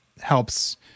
helps